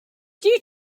due